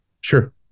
Sure